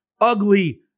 Ugly